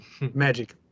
magic